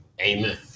Amen